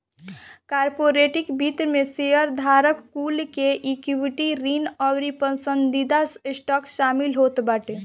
corporate वित्त में शेयरधारक कुल के इक्विटी, ऋण अउरी पसंदीदा स्टॉक शामिल होत बाटे